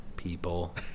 people